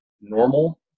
normal